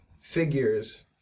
figures